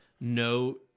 no